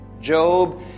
Job